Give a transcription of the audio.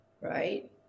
right